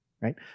right